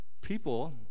people